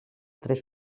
tres